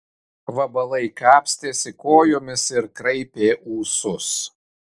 vabalai kapstėsi kojomis ir kraipė ūsus